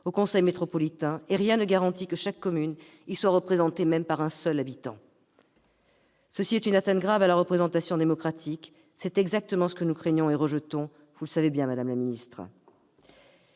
au conseil métropolitain, et rien ne garantit que chaque commune y soit représentée fût-ce par un seul élu. C'est là une atteinte grave à la représentation démocratique ; c'est exactement ce que nous craignons et rejetons, madame la ministre.